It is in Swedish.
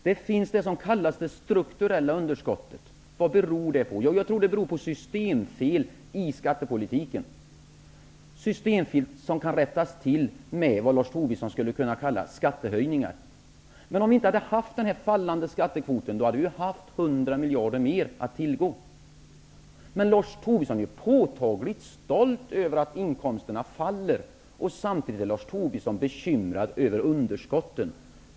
Vad beror det s.k. strukturella underskottet på? Jag tror att det beror på systemfel i skattepolitiken, som kan rättas till med vad Lars Tobisson skulle kunna kalla skattehöjningar. Men utan skattekvotens fall hade vi haft 100 miljarder mera att tillgå. Lars Tobisson är påtagligt stolt över att inkomsterna faller, men han är samtidigt bekymrad över underskotten.